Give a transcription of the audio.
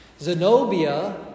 Zenobia